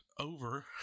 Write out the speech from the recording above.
over